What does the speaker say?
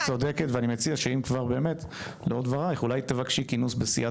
את צודקת ואני מציע שלאור דברייך אולי תבקשי כינוס בסיעת